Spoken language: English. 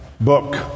book